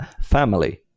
family